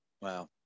Wow